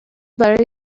برای